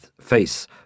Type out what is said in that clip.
face